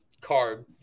card